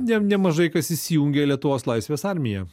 ne nemažai kas įsijungė į lietuvos laisvės armiją